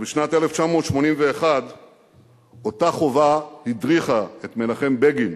ובשנת 1981 אותה חובה הדריכה את מנחם בגין